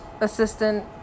assistant